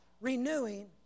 renewing